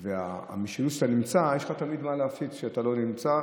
והמשילות כשאתה נמצא.